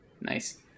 Nice